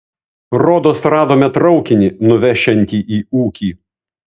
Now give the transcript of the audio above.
rodos radome traukinį nuvešiantį į ūkį